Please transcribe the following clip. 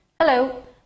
Hello